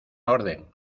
orden